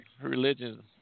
religion